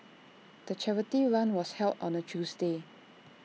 the charity run was held on A Tuesday